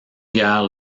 guère